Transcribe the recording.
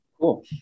Cool